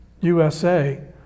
USA